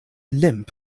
limp